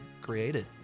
created